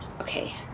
Okay